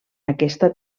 aquesta